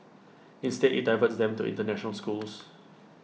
instead IT diverts them to International schools